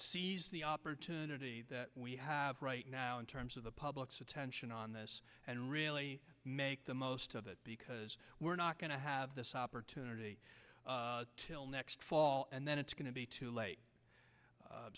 seize the opportunity that we have right now in terms of the public's attention on this and really make the most of it because we're not going to have this opportunity til next fall and then it's going to be too late